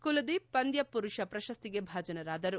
ಕುಲ್ದೀಪ್ ಪಂದ್ಯ ಮರುಷ ಪ್ರಶಸ್ತಿಗೆ ಭಾಜನರಾದರು